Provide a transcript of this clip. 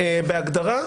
בהגדרה.